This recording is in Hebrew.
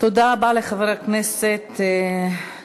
תודה רבה לחבר הכנסת גנאים.